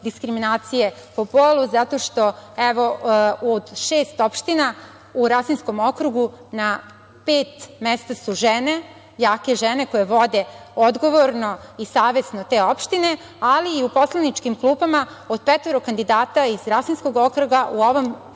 diskriminacije po polu zato što od šest opština u Rasinskom okrugu, na pet mesta su žene, jake žene koje vode odgovorno i savesno te opštine, ali i poslaničkim klupama od petoro kandidata iz Rasinskog okruga, u ovom